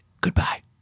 Goodbye